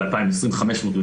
ב- 2020 507,